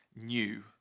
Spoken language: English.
new